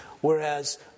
whereas